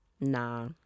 Nah